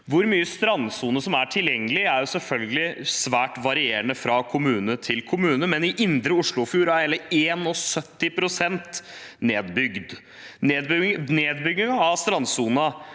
Hvor mye strandsone som er tilgjengelig, er selvfølgelig svært varierende fra kommune til kommune, men i indre Oslofjord er hele 71 pst. nedbygd. Nedbygging av strandsonen,